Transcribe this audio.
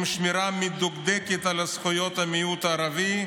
עם שמירה מדוקדקת על זכויות המיעוט הערבי,